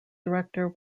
director